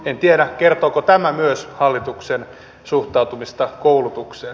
en tiedä kertooko tämä myös hallituksen suhtautumisesta koulutukseen